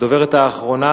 הדוברת האחרונה,